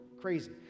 crazy